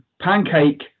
pancake